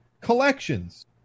collections